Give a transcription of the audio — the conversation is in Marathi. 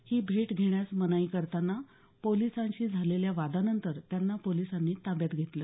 ही भेट घेण्यास मनाई करताना पोलिसांशी झालेल्या वादानंतर त्यांना पोलिसांनी ताब्यात घेतलं